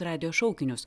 radijo šaukinius